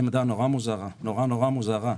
וזו עמדה נורא נורא מוזרה,